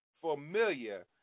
familiar